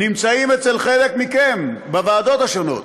נמצאים אצל חלק מכם בוועדות השונות,